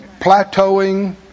Plateauing